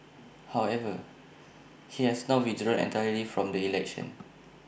however he has now withdrawn entirely from the election